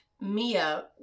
Mia